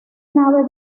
nave